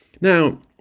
Now